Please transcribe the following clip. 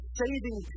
saving